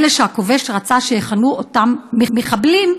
אלה שהכובש רצה שיכנו אותם מחבלים,